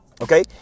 Okay